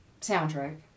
soundtrack